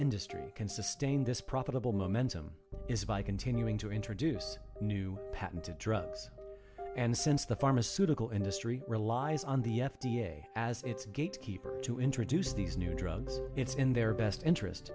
industry can sustain this profitable momentum is by continuing to introduce new patented drugs and since the pharmaceutical industry relies on the f d a as its gatekeeper to introduce these new drugs it's in their best interest